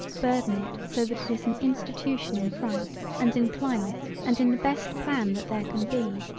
burden it so that it is an institution in fright and in climate and in the best plan that there can be.